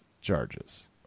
charges